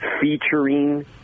featuring